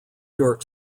york